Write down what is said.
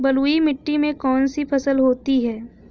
बलुई मिट्टी में कौन कौन सी फसल होती हैं?